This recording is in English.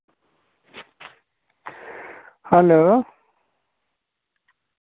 hello